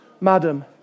madam